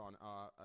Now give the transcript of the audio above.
on